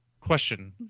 Question